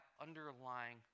underlying